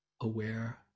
aware